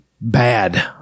bad